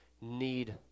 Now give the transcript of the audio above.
need